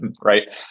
right